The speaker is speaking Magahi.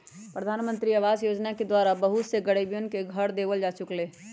प्रधानमंत्री आवास योजना के द्वारा बहुत से गरीबन के घर देवल जा चुक लय है